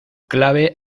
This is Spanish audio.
clave